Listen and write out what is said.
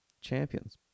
champions